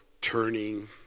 turning